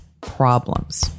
problems